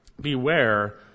beware